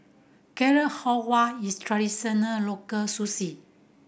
Carrot Halwa is traditional local